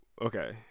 okay